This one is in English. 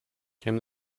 came